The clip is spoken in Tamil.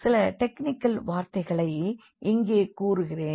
சில டெக்னிகல் வாத்தைகளை இங்கே கூறுகிறேன்